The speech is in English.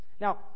Now